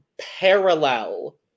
parallel